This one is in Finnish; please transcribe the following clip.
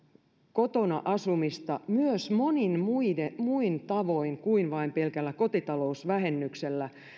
kotona asumista myös monin muin muin tavoin kuin pelkällä kotitalousvähennyksellä